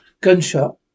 Gunshot